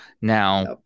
Now